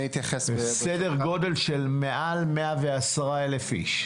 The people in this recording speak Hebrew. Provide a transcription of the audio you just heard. סדר גודל של 110,000 איש.